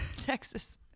Texas